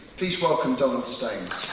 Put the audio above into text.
please welcome donald staines.